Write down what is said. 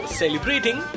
celebrating